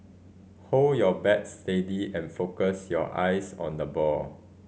hold your bat steady and focus your eyes on the ball